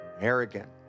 arrogant